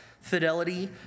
fidelity